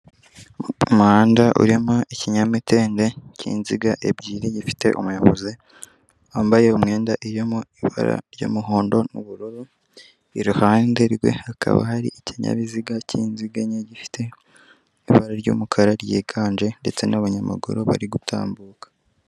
Umuhanda urimo ikinyamitende cy'inziga ebyiri gifite umuyobozi wambaye umwenda uri mu ibara ry'umuhondo n'ubururu, iruhande rwe hakaba hari ikinyabiziga cy'inziga enye gifite ibara ry'umukara ryiganje ndetse n'abanyamaguru bari gutambuka.